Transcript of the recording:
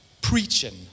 preaching